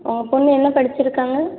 உங்கள் பொண்ணு என்ன படிச்சுருக்காங்க